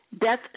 death